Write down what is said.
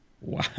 wow